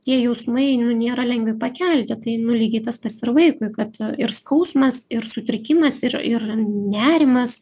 tie jausmai nu nėra lengvi pakelti tai nu lygiai tas pats ir vaikui kad ir skausmas ir sutrikimas ir ir nerimas